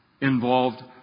involved